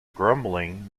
grumbling